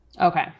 okay